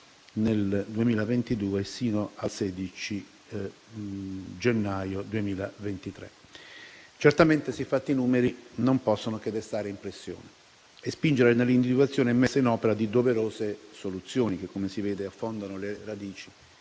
nel 2022, sino al 16 gennaio 2023. Certamente, siffatti numeri non possono che destare impressione e spingere all'individuazione e alla messa in opera di doverose soluzioni che, come si vede, affondano le radici